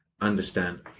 understand